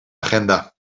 agenda